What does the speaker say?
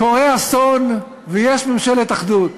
קורה אסון ויש ממשלת אחדות,